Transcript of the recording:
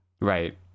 Right